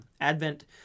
Advent